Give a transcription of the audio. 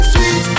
Sweet